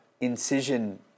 incision